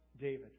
David